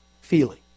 feeling